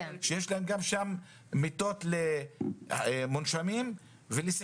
שגם שם יש להם מיטות למונשמים ולסיעודיים.